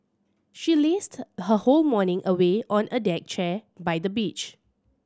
she lazed her whole morning away on a deck chair by the beach